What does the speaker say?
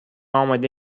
آماده